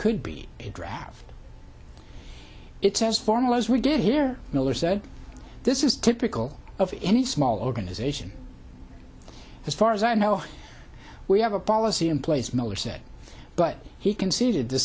could be a draft it's as formal as we did here miller said this is typical of any small organization as far as i know we have a policy in place miller said but he conceded the